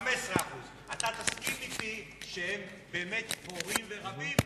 15%. אתה תסכים אתי שהם באמת פורים ורבים.